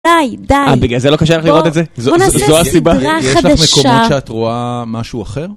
די, די. -אה, בגלל זה לא קשה לך לראות את זה? זו הסיבה? -בואו נעשה סדרה חדשה. -יש לך מקומות שאת רואה משהו אחר?